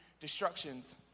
destructions